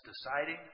deciding